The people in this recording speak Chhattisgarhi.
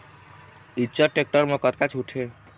इच्चर टेक्टर म कतका छूट हे?